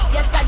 Yes